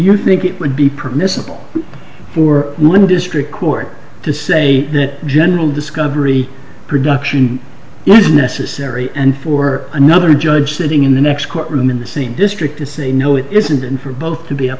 you think it would be permissible for one district court to say that general discovery production is necessary and for another judge sitting in the next courtroom in the same district to say no it isn't and for both